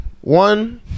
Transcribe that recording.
one